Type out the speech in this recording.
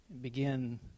begin